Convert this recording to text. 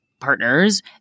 partners